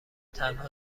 تنها